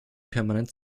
permanent